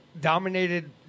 dominated